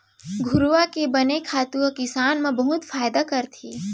घुरूवा के बने खातू ह किसानी म बहुत फायदा करथे